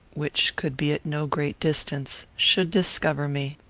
which could be at no great distance, should discover me.